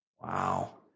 Wow